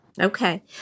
Okay